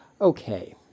Okay